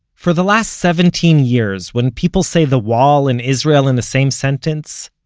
for the last seventeen years, when people say the wall and israel in the same sentence,